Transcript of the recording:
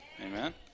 Amen